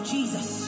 Jesus